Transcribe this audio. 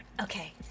Okay